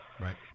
Right